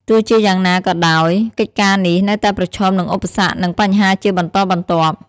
ទោះជាយ៉ាងណាក៏ដោយ កិច្ចការនេះនៅតែប្រឈមនឹងឧបសគ្គនិងបញ្ហាជាបន្តបន្ទាប់។